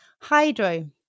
Hydro